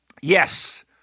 yes